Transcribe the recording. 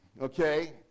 Okay